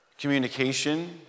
communication